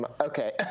Okay